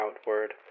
outward